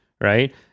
right